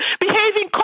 Behaving